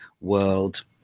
world